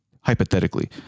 hypothetically